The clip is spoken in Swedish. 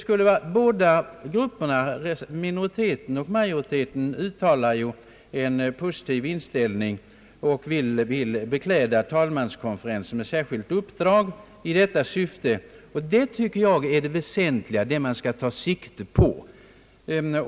Såväl majoriteten som minoriteten uttalar alltså en positiv inställning och vill bekläda talmanskonferensen med ett särskilt uppdrag i detta syfte. Detta tycker jag är det väsentliga och det man skall ta sikte på.